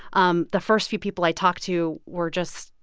um the first few people i talked to were just,